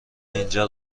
اینجا